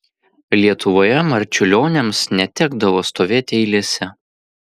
lietuvoje marčiulioniams netekdavo stovėti eilėse